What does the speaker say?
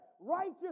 righteous